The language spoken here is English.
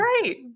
great